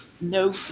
no